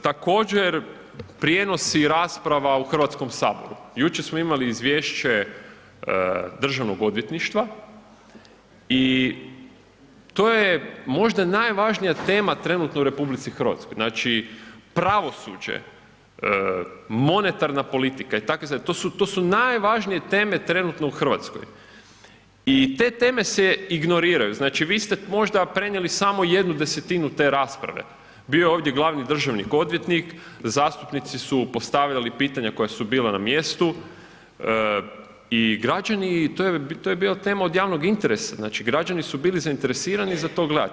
Također prijenosi rasprava u Hrvatskom saboru, jučer smo imali Izvješće državnog odvjetništva, i to je možda najvažnija tema trenutno u Republici Hrvatskoj, znači, pravosuđe, monetarna politika i takve stvari, to su, to su najvažnije teme trenutno u Hrvatskoj, i te teme se ignoriraju, znači, vi ste možda prenijeli samo jednu desetinu te rasprave, bio je ovdje glavni državni odvjetnik, zastupnici su postavljali pitanja koja su bila na mjestu, i građani, to je bila, to je bila tema od javnog interesa, znači građani su bili zainteresirani za to gledati.